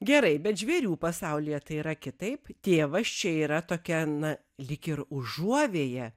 gerai bet žvėrių pasaulyje tai yra kitaip tėvas čia yra tokia na lyg ir užuovėja